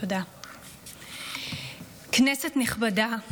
כנסת נכבדה,